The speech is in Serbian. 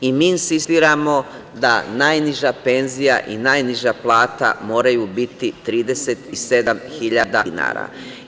Mi insistiramo da najniža penzija i najniža plata moraju biti 37.000 dinara.